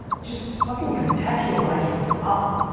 just fucking contextualize your problem,